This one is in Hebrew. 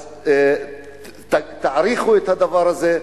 אז תעריכו את הדבר הזה,